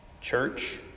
Church